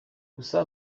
gusa